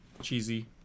cheesy